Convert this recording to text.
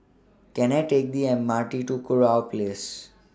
Can I Take The M R T to Kurau Place